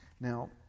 Now